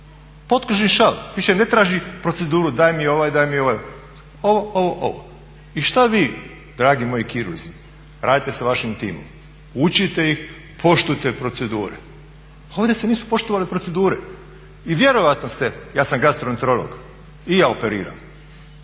Potkožni šav, više ne traži proceduru daj mi ovaj, daj mi onaj. Ovo, ovo, ovo. I šta vi dragi moji kirurzi radite sa vašim timom? Učite ih poštujte procedure. A ovdje se nisu poštovale procedure. I vjerojatno ste, ja sam gastroenterolog i ja operiram